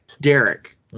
Derek